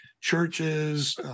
churches